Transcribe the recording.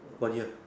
what year